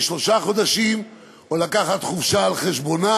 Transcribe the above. שלושה חודשים או לקחת חופשה על חשבונה,